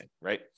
right